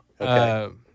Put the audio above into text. Okay